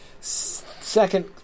Second